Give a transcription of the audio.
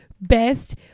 best